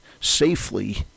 safely